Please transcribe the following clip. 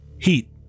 Heat